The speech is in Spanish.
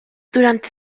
durante